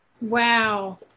Wow